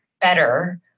better